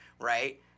Right